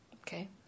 Okay